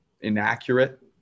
inaccurate